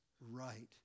right